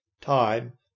time